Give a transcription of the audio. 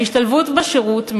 ההשתלבות בשירות,